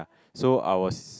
ya so I was